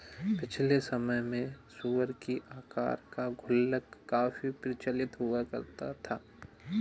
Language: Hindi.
पिछले समय में सूअर की आकार का गुल्लक काफी प्रचलित हुआ करता था